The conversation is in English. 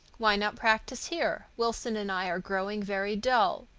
why not practice here? wilson and i are growing very dull.